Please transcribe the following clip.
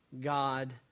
God